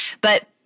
but-